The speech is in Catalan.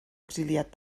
exiliat